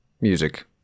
music